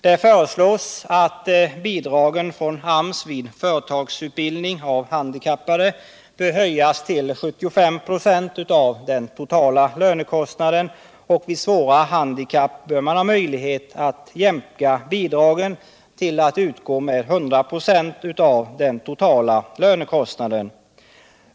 Där förslås att bidragen från AMS vid företagsutbildning av handikappade bör höjas till 75 96 av den totala lönekostnaden, och vid svåra handikapp bör man ha möjlighet att jämka bidragen till att utgå med 100 96 av den totala lönekostnaden.